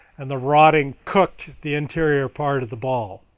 and the rotting cooked the interior part of the ball.